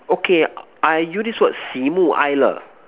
okay I use this word 喜怒哀乐